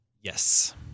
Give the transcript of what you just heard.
Yes